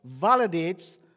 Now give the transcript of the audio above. validates